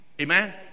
Amen